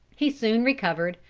he soon recovered,